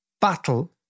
battle